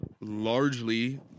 largely